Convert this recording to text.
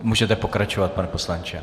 Můžete pokračovat, pane poslanče.